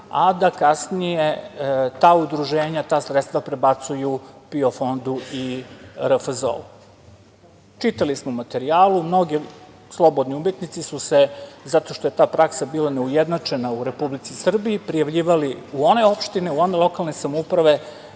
a da kasnije ta udruženja ta sredstva prebacuju PIO fondu i RFZO.Čitali smo u materijalu, mnogi slobodni umetnici su se zato što je ta praksa bila neujednačena u Republici Srbiji prijavljivali u one opštine, u one lokalne samouprave